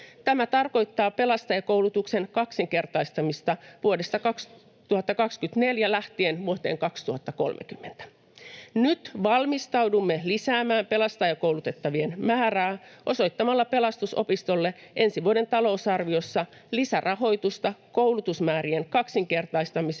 Tämä tarkoittaa pelastajakoulutuksen kaksinkertaistamista vuodesta 2024 lähtien vuoteen 2030. Nyt valmistaudumme lisäämään pelastajakoulutettavien määrää osoittamalla Pelastus-opistolle ensi vuoden talousarviossa lisärahoitusta koulutusmäärien kaksinkertaistamiseen